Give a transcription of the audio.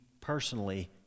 personally